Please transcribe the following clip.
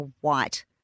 white